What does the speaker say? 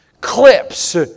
clips